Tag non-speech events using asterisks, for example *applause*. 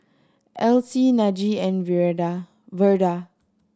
Else Najee and *unintelligible* Verda